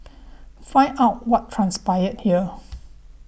find out what transpired here